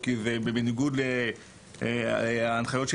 כשצריך לחקור אותם או אירועים כאלה או אחרים,